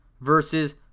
versus